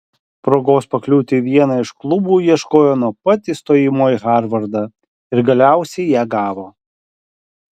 progos pakliūti į vieną iš klubų ieškojo nuo pat įstojimo į harvardą ir galiausiai ją gavo